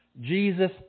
Jesus